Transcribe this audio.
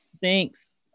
Thanks